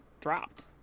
dropped